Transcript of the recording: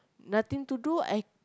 nothing to do I